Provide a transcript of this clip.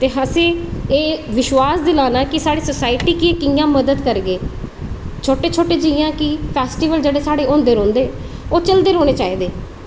ते असें एह् विश्वास दिलाना की अस सोसायटी गी कियां मदद करगे छोटे छोटे जियां की साढ़े फेस्टीवल होंदे रौहंदे ओह् चलदे रौह्ने चाहिदे